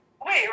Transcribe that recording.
Wait